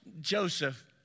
Joseph